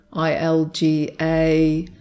ILGA